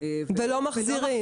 ולא מחזירים,